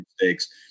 mistakes